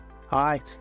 Hi